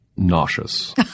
nauseous